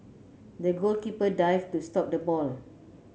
the goalkeeper dived to stop the ball